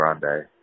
Grande